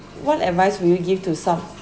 what advice would you give to some